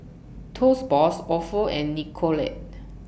Toast Box Ofo and Nicorette